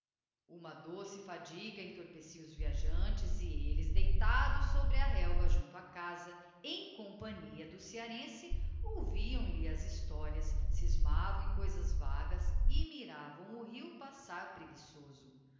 uma doce fadiga entorpecia os viajantes e elles deitados sobre a relva junto a casa em companhia do cearense ouviam lhe as historias scismavam em coisas vagas e miravam o rio passar preguiçoso